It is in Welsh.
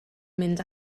mynd